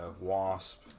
wasp